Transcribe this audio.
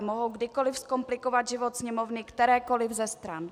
Mohou kdykoliv zkomplikovat život Sněmovny kterékoliv ze stran.